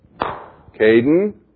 Caden